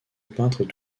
peintre